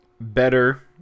better